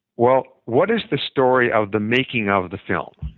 well, what is the story of the making of the film?